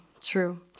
True